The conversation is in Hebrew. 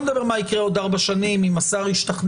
אני לא מדבר על מה שיקרה בעוד 4 שנים אם השר ישתכנע